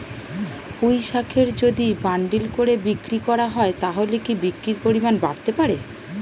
পুঁইশাকের যদি বান্ডিল করে বিক্রি করা হয় তাহলে কি বিক্রির পরিমাণ বাড়তে পারে?